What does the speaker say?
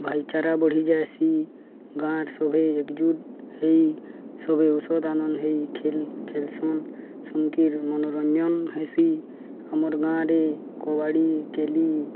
ଭାଇଚାରା ବଢ଼ିଯାଏସି ଗାଁର ସଭେ ଏକଜୁଟ ହେଇ ସଭବେ ଔଷଧ ଆନନ୍ଦ ହେଇ ଖେଲସନ୍ ସଙ୍କୀର୍ ମନୋରଞ୍ଜନ ହେସି ଆମର୍ ଗାଁରେ କବାଡ଼ି କେଲି